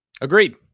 Agreed